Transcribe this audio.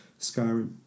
Skyrim